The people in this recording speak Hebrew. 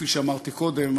כפי שאמרתי קודם.